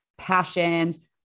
passions